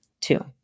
Two